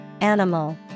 animal